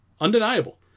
undeniable